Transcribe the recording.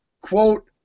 Quote